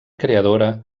creadora